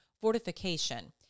Fortification